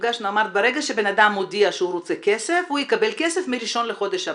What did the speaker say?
שברגע שבן אדם מודיע שהוא רוצה כסף הוא יקבל כסף מראשון לחודש הבא.